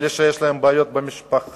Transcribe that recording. לאלה שיש להם בעיות במשפחה,